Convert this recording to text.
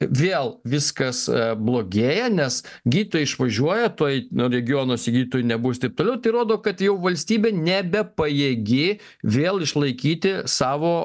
vėl viskas blogėja nes gydytojai išvažiuoja tuoj regionuose gydytojų nebus taip toliau tai rodo kad jau valstybė nebepajėgi vėl išlaikyti savo